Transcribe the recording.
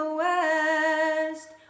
west